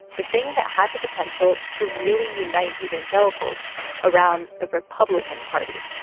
the thing that had the potential to really unite evangelicals around the republican party.